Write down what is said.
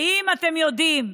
האם אתם יודעים,